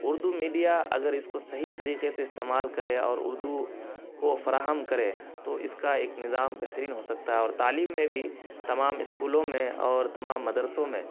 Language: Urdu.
اردو میڈیا اگر اس کو صحیح طریقے سے استعمال کرے اور اردو کو فراہم کرے تو اس کا ایک نظام بہترین ہو سکتا ہے اور تعلیم میں بھی تمام اسکولوں میں اور تمام مدرسوں میں